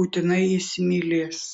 būtinai įsimylės